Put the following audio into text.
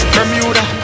Bermuda